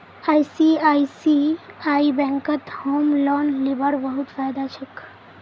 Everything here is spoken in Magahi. आई.सी.आई.सी.आई बैंकत होम लोन लीबार बहुत फायदा छोक